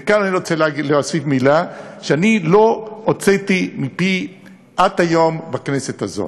וכאן אני רוצה להוסיף מילה שאני לא הוצאתי מפי עד היום בכנסת הזאת,